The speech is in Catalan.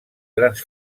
grans